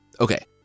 Okay